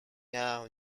now